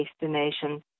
destination